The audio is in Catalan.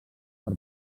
per